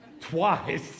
twice